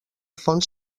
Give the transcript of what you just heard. fons